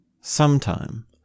sometime